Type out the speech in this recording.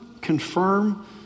confirm